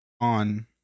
on